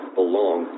belong